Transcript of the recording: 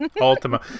Ultima